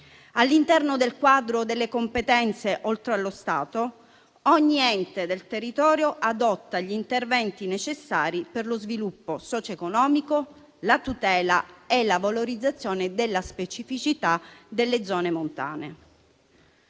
All'interno del quadro delle competenze, oltre allo Stato, ogni ente del territorio adotta gli interventi necessari per lo sviluppo socioeconomico, la tutela e la valorizzazione della specificità delle zone montane.